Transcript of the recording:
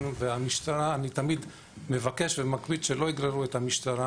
אני תמיד מבקש ומקפיד שלא יגררו את המשטרה